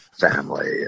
family